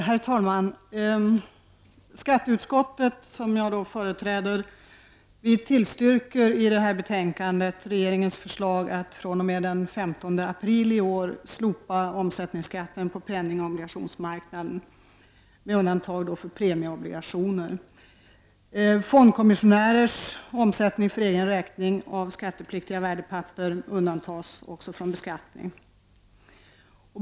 Herr talman! Skatteutskottet, som jag företräder, tillstyrker i detta betänkande regeringens förslag att den 15 april i år slopa omsättningsskatten på penningoch obligationsmarknaden i fråga om andra värdepapper än premieobligationer. Fondkommissionärernas omsättning för egen räkning av skattepliktiga värdepapper undantas också från beskattning.